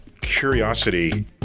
curiosity